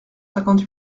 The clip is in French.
cinquante